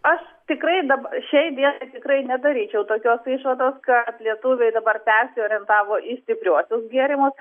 aš tikrai dab šiai dienai tikrai nedaryčiau tokios išvados kad lietuviai dabar persiorientavo į stipriuosius gėrimus